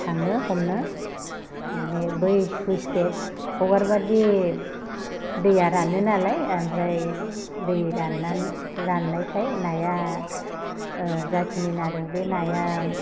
थाङो हमनो माने बै सुइस गेट हगारबादि दैआ रानो नालाय आमफ्राय दै राननानै राननायखाय नाया जाखिनि ना दं बे नाया